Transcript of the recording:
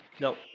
No